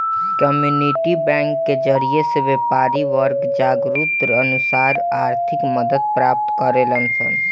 community bank के जरिए से व्यापारी वर्ग जरूरत अनुसार आर्थिक मदद प्राप्त करेलन सन